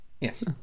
yes